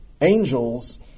Angels